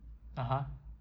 (uh huh)